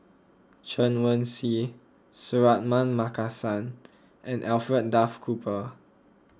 Chen Wen Hsi Suratman Markasan and Alfred Duff Cooper